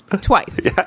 twice